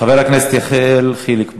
חבר הכנסת יחיאל חיליק בר.